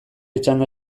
txanda